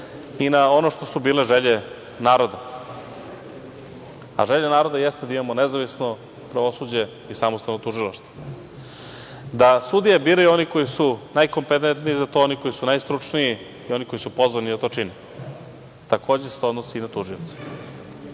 i na ono što su bile želje naroda. Želja naroda jeste da imamo nezavisno pravosuđe i samostalno tužilaštvo. Da sudije biraju oni koji su najkompetentniji za to, oni koji su najstručniji i oni koji su pozvani da to čine, takođe se to odnosi i na tužioce.Zašto